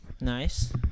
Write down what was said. Nice